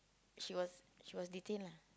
she was she was detain lah